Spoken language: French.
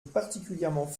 particulièrement